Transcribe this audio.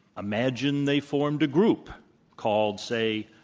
imagine they formed a group called, say,